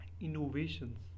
innovations